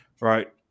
right